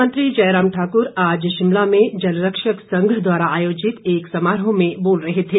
मुख्यमंत्री जयराम ठाकूर आज शिमला में जलरक्षक संघ द्वारा आयोजित एक समारोह में बोल रहे थे